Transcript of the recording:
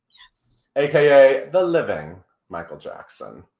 yes. aka, the living michael jackson.